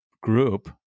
group